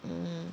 mmhmm